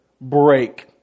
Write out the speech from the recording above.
break